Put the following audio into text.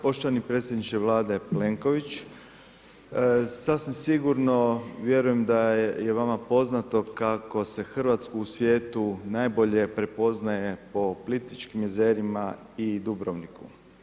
Poštovani predsjedniče Vlade Plenković, sasvim sigurno vjerujem da je vama poznato kako je Hrvatsku u svijetu najbolje prepoznaje po Plitvičkim jezerima i Dubrovniku.